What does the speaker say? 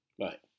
Right